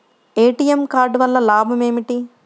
ATM card వల్ల లాభం ఏమిటి?